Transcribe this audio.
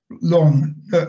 long